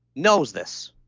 knows this.